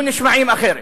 אחרת.